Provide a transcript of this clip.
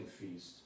feast